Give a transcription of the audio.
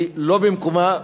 הוא לא במקומו.